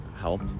help